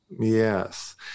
Yes